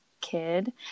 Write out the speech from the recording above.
kid